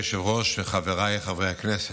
אדוני היושב-ראש, חבריי חברי הכנסת,